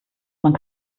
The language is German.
man